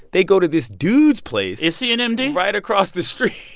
they go to this dude's place. is he an m d. right across the street.